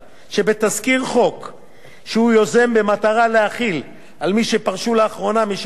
שהוא יוזם במטרה להחיל על מי שפרשו לאחרונה משירות המדינה תוספות שנקבעו